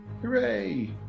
Hooray